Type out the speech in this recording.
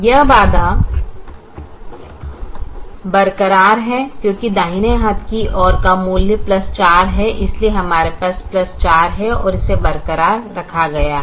यह बाधा बरकरार है क्योंकि दाहिने हाथ की ओर का मूल्य 4 है इसलिए हमारे पास 4 है इसे बरकरार रखा गया है